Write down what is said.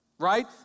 right